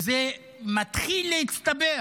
וזה מתחיל להצטבר